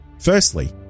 Firstly